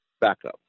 backup